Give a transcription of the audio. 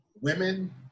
women